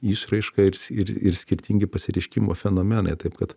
išraiška ir ir skirtingi pasireiškimo fenomenai taip kad